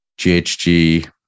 GHG